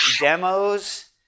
demos